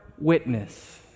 witness